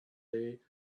day